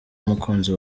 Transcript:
abakunzi